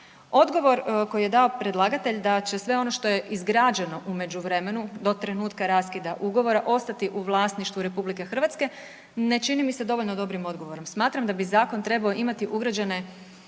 Odgovor koji je dao predlagatelj da će sve ono što je izgrađeno u međuvremenu do trenutka raskida ugovora ostati u vlasništvu RH, ne čini mi se dovoljno dobrim odgovorom. Smatram da bi zakon trebao imati ugrađene